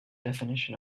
definition